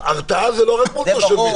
הרתעה זה לא רק מול תושבים,